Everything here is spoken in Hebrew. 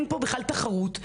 אין פה בכלל תחרות,